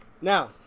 Now